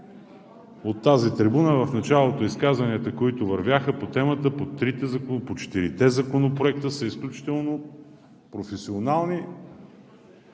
от тази трибуна в началото изказванията, които вървяха по четирите законопроекта, са изключително професионални